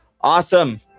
Awesome